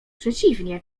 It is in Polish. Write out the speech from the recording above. przeciwnie